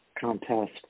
contest